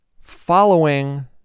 following